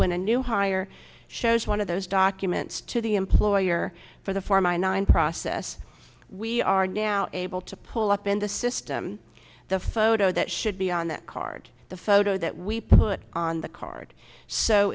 when a new hire shows one of those documents to the employer for the for mine and process we are now able to pull up in the system the photo that should be on that card the photo that we put on the card so